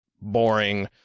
boring